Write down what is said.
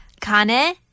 Kane